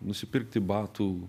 nusipirkti batų